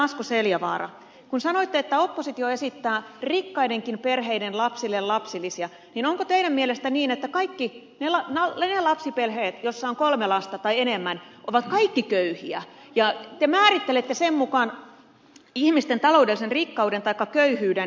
asko seljavaara kun sanoitte että oppositio esittää rikkaidenkin perheiden lapsille lapsilisiä niin onko teidän mielestänne niin että ne lapsiperheet joissa on kolme lasta tai enemmän ovat kaikki köyhiä ja te määrittelette sen mukaan ihmisten taloudellisen rikkauden taikka köyhyyden